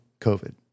COVID